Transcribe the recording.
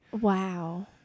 Wow